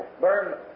burn